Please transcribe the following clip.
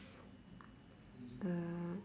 uh